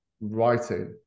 writing